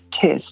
test